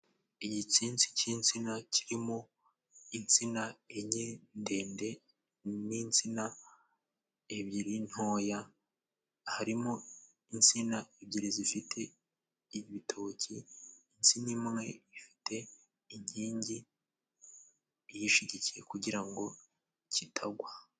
Igitsinsi cy'insina kirimo insina enye ndende n'insina ebyiri ntoya; harimo insina ebyiri zifite ibitoki, insina imwe ifite inkingi iyishigikiye kugira ngo kitagwa.